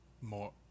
more